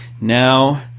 now